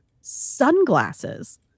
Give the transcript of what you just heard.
sunglasses